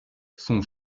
son